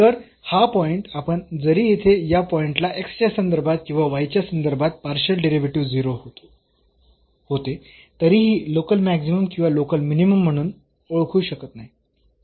तर हा पॉईंट आपण जरी येथे या पॉईंट ला x च्या संदर्भात किंवा y च्या संदर्भात पार्शियल डेरिव्हेटिव्ह 0 होते तरीही लोकल मॅक्सिमम किंवा लोकल मिनिमम म्हणून ओळखू शकत नाही